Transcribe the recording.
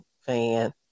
fan